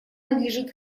надлежит